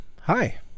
hi